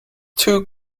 too